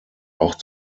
auch